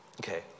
Okay